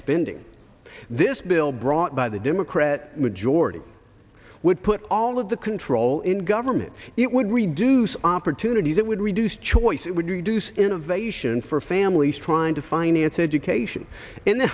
spending this bill brought by the democrat majority would put all of the control in government it would reduce opportunities it would reduce choice it would reduce innovation for families trying to finance education and